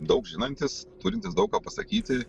daug žinantis turintis daug ką pasakyti